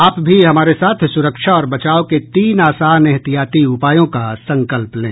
आप भी हमारे साथ सुरक्षा और बचाव के तीन आसान एहतियाती उपायों का संकल्प लें